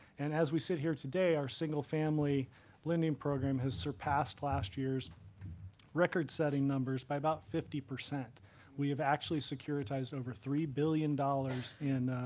and as we sit here today, our single family lending program has surpassed last year's record-setting numbers by about fifty. we have actually securitized over three billion dollars in